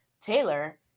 Taylor